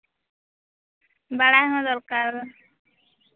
ᱵᱟᱲᱟᱭ ᱦᱚᱸ ᱫᱚᱨᱠᱟᱨ